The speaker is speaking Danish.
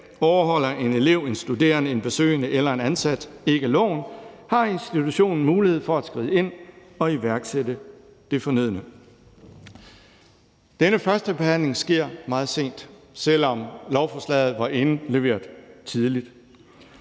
Overholder en elev, en studerende, en besøgende eller en ansat ikke loven, har institutionen mulighed for at skride ind og iværksætte det fornødne. Denne førstebehandling sker meget sent, selv om lovforslaget var indleveret tidligt.